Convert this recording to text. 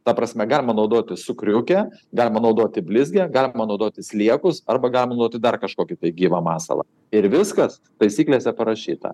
ta prasme galima naudotis cukriuke galima naudoti blizgę galima naudoti sliekus arba galima naudoti dar kažkokį gyvą masalą ir viskas taisyklėse parašyta